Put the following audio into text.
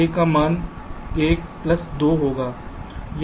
तो A का मान 1 प्लस 2 होगा